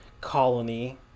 colony